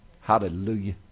hallelujah